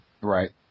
Right